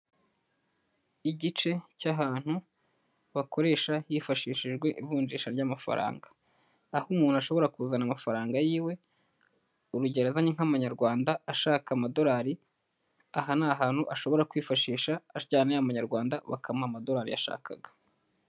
Igice cy'ahantu bakoresha hifashishijwe ivunjisha ry'amafaranga, aho umuntu ashobora kuzana amafaranga yiwe, urugero azanye nk'amanyarwanda ashaka amadolari, aha ni ahantu ashobora kwifashisha, ajyana amanyarwanda bakamuha amadolari yashakaga.